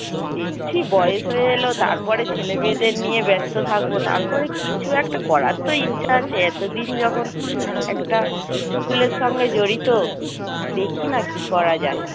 দেখছি বয়স হয়ে এলো তারপরে ছেলেমেয়েদের নিয়ে ব্যস্ত থাকবো তারপরে কিছু একটা করার তো ইচ্ছা আছে এতোদিন যখন একটা স্কুলের সঙ্গে জড়িত দেখি না কী করা যায়